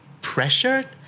pressured